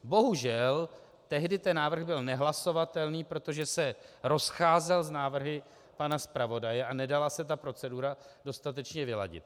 Bohužel, tehdy ten návrh byl nehlasovatelný, protože se rozcházel s návrhy pana zpravodaje a nedala se ta procedura dostatečně vyladit.